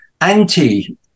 anti